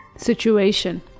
situation